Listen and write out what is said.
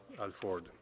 Alford